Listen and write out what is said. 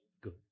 good